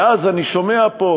ואז אני שומע פה,